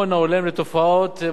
מה שנקרא בז'רגון,